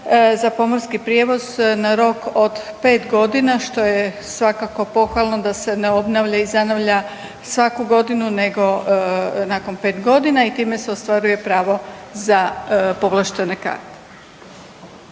za pomorski prijevoz na rok od 5 godina što je svakako pohvalno da se ne obnavlja i zanavlja svaku godinu nego nakon 5 godina i time se ostvaruje pravo za povlaštene karte.